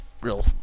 real